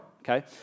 Okay